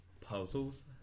puzzles